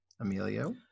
Emilio